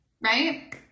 right